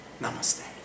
Namaste